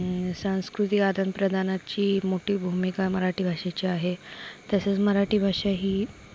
सांस्कृतिक आदानप्रदानाची मोठी भूमिका मराठी भाषेची आहे तसेच मराठी भाषा ही